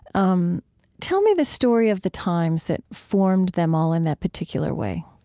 um tell me the story of the times that formed them all in that particular way